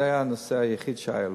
זה היה הנושא היחיד שהיה לו,